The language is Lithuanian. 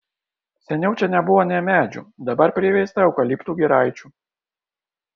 seniau čia nebuvo nė medžių dabar priveista eukaliptų giraičių